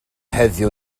heddiw